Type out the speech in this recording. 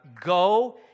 go